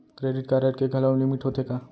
Credit card के घलव limit होथे का?